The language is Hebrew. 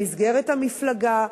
במסגרת המפלגה,